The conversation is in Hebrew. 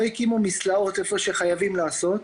לא הקימו מסלעות איפה שחייבים להקים.